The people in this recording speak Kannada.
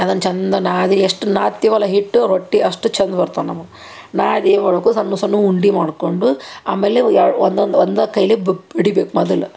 ಅದನ್ನು ಚಂದ ನಾದಿ ಎಷ್ಟು ನಾದ್ತೀವಲ್ಲ ಹಿಟ್ಟು ರೊಟ್ಟಿ ಅಷ್ಟು ಚಂದ ಬರ್ತಾವೆ ನಮಗೆ ನಾದಿ ಏನು ಮಾಡ್ಬೇಕು ಸಣ್ಣ ಸಣ್ಣ ಉಂಡೆ ಮಾಡಿಕೊಂಡು ಆಮೇಲೆ ಎ ಒಂದೊಂದು ಒಂದೇ ಕೈಲಿ ಬಡಿಬೇಕು ಮೊದಲು